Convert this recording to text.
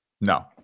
No